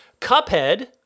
Cuphead